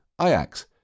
IAX